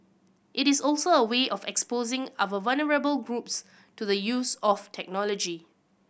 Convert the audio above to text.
it is also a way of exposing our vulnerable groups to the use of technology